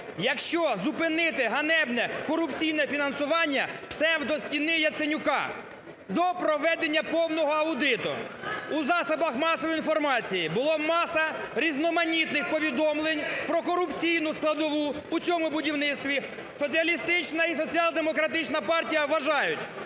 якщо зупинити ганебне корупційне фінансування псевдостіни Яценюка до проведення повного аудиту. У засобах масової інформації була маса різноманітних повідомлень про корупційну складову у цьому будівництві. Соціалістична і Соціал-демократична партія вважають,